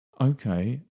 Okay